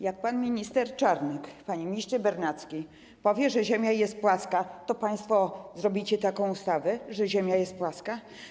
Jak pan minister Czarnek, panie ministrze Bernacki, powie, że Ziemia jest płaska, to państwo stworzycie taką ustawę, że Ziemia jest płaska?